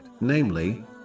namely